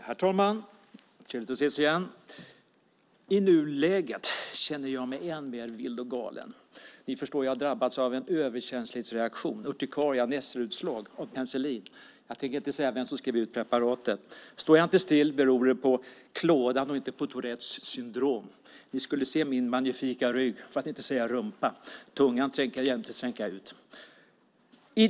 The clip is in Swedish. Herr talman! Trevligt att ses igen! I nuläget känner jag mig än mer vild och galen. Jag har nämligen drabbats av en överkänslighetsreaktion - urticaria, nässelutslag - på grund av penicillin. Jag tänker inte säga vem som skrev ut preparatet, men om jag inte står stilla beror det på klådan och inte på Tourettes syndrom. Ni skulle se min magnifika rygg, för att inte säga rumpa! Och tungan tänker jag inte räcka ut. Herr talman!